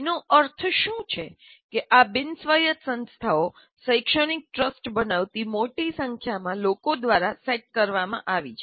તેનો અર્થ શું છે કે આ બિનસ્વાયત સંસ્થાઓ શૈક્ષણિક ટ્રસ્ટ બનાવતી મોટી સંખ્યામાં લોકો દ્વારા સેટ કરવામાં આવી છે